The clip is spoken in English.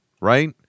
right